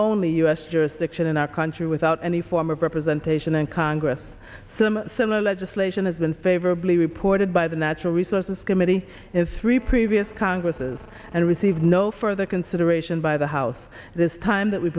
only u s jurisdiction in our country without any form of representation in congress some similar legislation has been favorably reported by the natural resources committee in three previous congresses and received no further consideration by the house this time that we